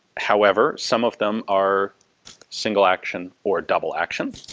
however some of them are single action or double action.